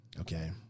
Okay